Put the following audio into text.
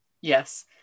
Yes